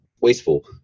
wasteful